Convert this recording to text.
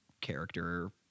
character